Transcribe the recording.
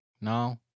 No